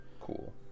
Cool